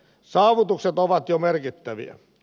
saavutukset ovat jo merkittäviä